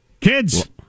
Kids